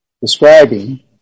describing